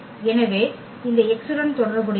எனவே இந்த x உடன் தொடர்புடையது